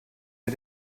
wir